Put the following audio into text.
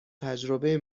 تجربه